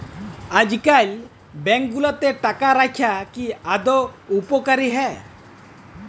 আইজকাল ব্যাংক গুলাতে টাকা রাইখা কি আদৌ উপকারী হ্যয়